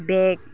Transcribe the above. bag